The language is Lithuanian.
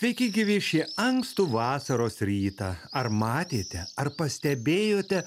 sveiki gyvi šį ankstų vasaros rytą ar matėte ar pastebėjote